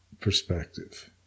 perspective